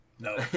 No